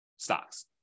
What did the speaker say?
stocks